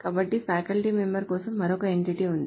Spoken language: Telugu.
కాబట్టి ఫ్యాకల్టీ మెంబర్ కోసం మరొక ఎంటిటీ ఉంది